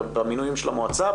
במינויים של המועצה,